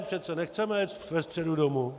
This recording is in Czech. Přece nechceme jet ve středu domů.